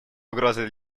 угрозой